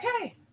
okay